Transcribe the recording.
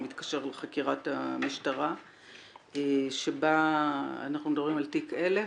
הוא מתקשר לחקירת המשטרה שבה אנחנו מדברים על תיק 1000,